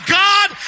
god